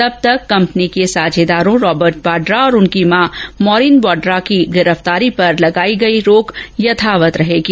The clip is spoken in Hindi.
तब तक कंपनी के साझेदारों रॉबर्ट वाड्रा और उनकी मां मॉरीन वाड्रा की गिरफ्तारी पर पूर्व में लगाई गई रोक यथावत रहेगी